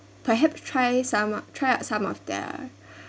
perhaps try some ah try some of their